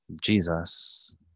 Jesus